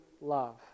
love